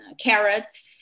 carrots